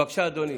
בבקשה, אדוני.